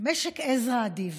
ממשק עזרא אדיב